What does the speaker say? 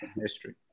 history